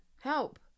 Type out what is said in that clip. Help